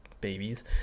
babies